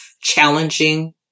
challenging